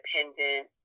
independent